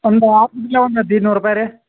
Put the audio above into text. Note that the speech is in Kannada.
ಒಂದು ಇನ್ನೂರು ರೂಪಾಯಿ ರೀ